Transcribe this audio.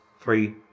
three